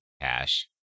cash